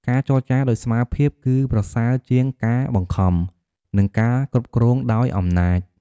ការចរចាដោយស្មើភាពគឺប្រសើរជាងការបង្ខំ និងការគ្រប់គ្រងដោយអំណាច។